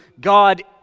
God